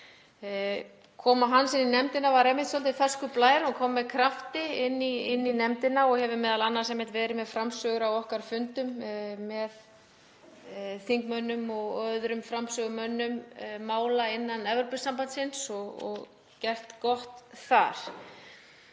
Koma hans inn í nefndina var einmitt svolítið ferskur blær, hann kom með krafti inn í nefndina og hefur m.a. verið með framsögur á okkar fundum með þingmönnum og öðrum framsögumönnum mála innan Evrópusambandsins og gert gott þar.